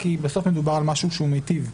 כי בסוף מדובר על משהו שהוא מטיב.